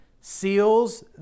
seals